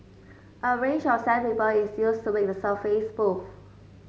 a range of sandpaper is used to make the surface smooth